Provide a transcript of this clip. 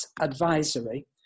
advisory